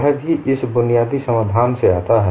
वह भी इस बुनियादी समाधान से आता है